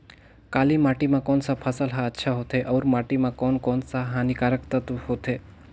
काली माटी मां कोन सा फसल ह अच्छा होथे अउर माटी म कोन कोन स हानिकारक तत्व होथे?